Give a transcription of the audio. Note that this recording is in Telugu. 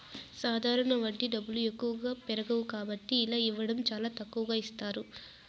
సాధారణ వడ్డీ డబ్బులు ఎక్కువగా పెరగవు కాబట్టి ఇలా ఇవ్వడం చాలా తక్కువగా చేస్తారు